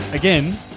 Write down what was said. Again